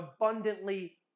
abundantly